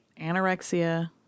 anorexia